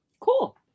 Cool